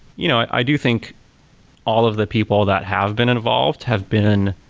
you know i do think all of the people that have been involved have been